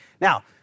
Now